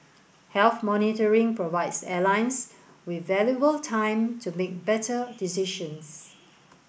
health monitoring provides airlines with valuable time to make better decisions